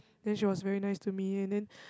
then she was very nice to me and then